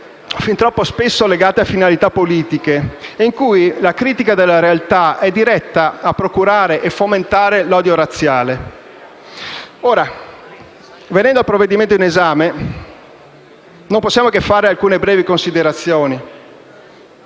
fin troppo spesso legate a finalità politiche, in cui la critica della realtà è diretta a procurare e fomentare l'odio razziale. Venendo al provvedimento in esame, non possiamo che fare alcune brevi considerazioni.